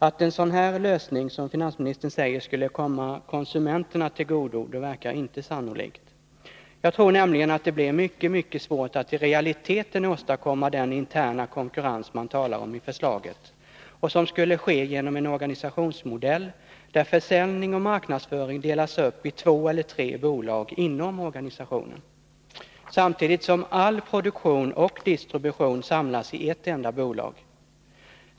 Att en sådan här lösning, som finansministern säger, skulle komma konsumenterna till godo verkar inte sannolikt. Jag tror nämligen att det blir mycket svårt att i realiteten åstadkomma den interna konkurrens som det talas om i förslaget och som skulle ske genom en organisationsmodell där försäljning och marknadsföring delas upp i två eller tre bolag inom organisationen, samtidigt som all produktion och distribution samlas i ett enda bolag.